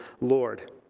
Lord